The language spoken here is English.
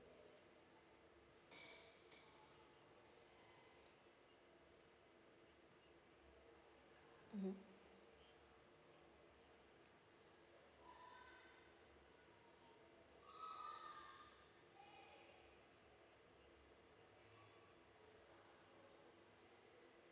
mmhmm